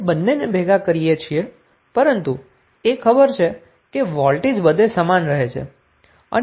આપણે બંનેને ભેગા કરીએ છીએ પરંતુ એ ખબર છે કે વોલ્ટેજ બધે જ સમાન રહે છે